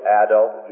adult